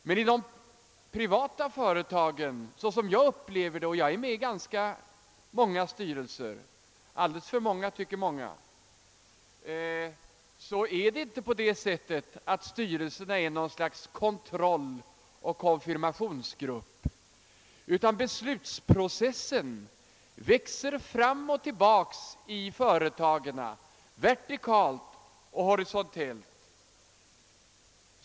Men jag är med i ett ganska stort antal styrelser för privata företag — alldeles för stort antal, tycker många — och där, är styrelserna inte endast något slags kontrolloch konfirmationsgrupp, utan beslutsprocessen växer fram och tillbaka i företagen, vertikalt och horisontellt.